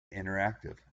interactive